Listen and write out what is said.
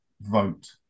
vote